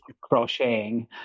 crocheting